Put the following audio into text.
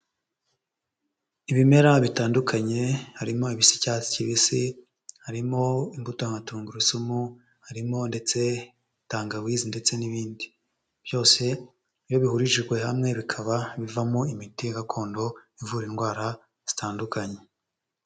Ibimera bitandukanye harimo ibisa icyatsi kibisi, harimo imbuto nka tungurusumu, harimo ndetse tangawizi ndetse n'ibindi. Byose iyo bihurijwe hamwe bikaba bivamo imiti gakondo ivura indwara zitandukanye.